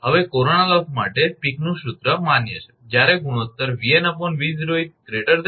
હવે corona loss માટે પીકનું સૂત્રPeeks formula માન્ય છે જ્યારે ગુણોત્તર 𝑉𝑛 𝑉0 1